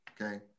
Okay